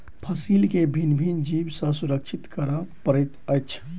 फसील के भिन्न भिन्न जीव सॅ सुरक्षित करअ पड़ैत अछि